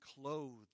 clothed